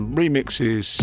remixes